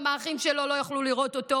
גם האחים שלו לא יוכלו לראות אותו.